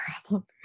problem